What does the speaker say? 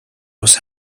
was